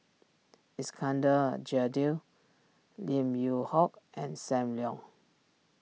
Iskandar Jalil Lim Yew Hock and Sam Leong